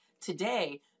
today